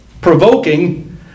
provoking